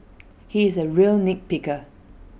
he is A real nit picker